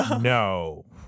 No